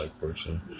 person